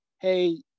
Hey